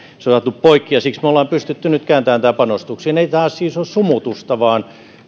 se on saatu poikki ja siksi me olemme pystyneet nyt kääntämään tämän panostuksiin ei tämä siis ole sumutusta vaan